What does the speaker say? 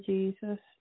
Jesus